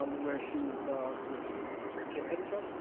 um where she's where she's ah co-editor.